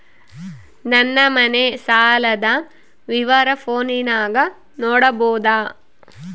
ನನ್ನ ಮನೆ ಸಾಲದ ವಿವರ ಫೋನಿನಾಗ ನೋಡಬೊದ?